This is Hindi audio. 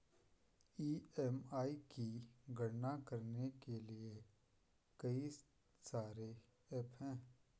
ई.एम.आई की गणना करने के लिए कई सारे एप्प हैं